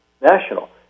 National